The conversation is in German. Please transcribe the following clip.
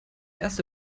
erste